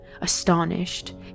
astonished